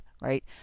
right